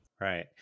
Right